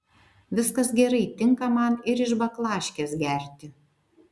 viskas gerai tinka man ir iš baklaškės gerti